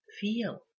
feel